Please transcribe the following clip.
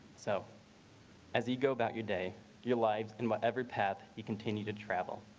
so as you go about your day you live in whatever path you continue to travel.